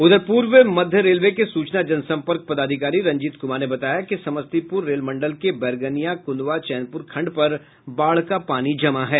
उधर पूर्व मध्य रेलवे के सूचना जनसम्पर्क पदाधिकारी रंजीत कुमार ने बताया कि समस्तीपूर रेल मंडल के बैरगनिया कुंदवा चैनपुर खंड पर बाढ़ का पानी जमा है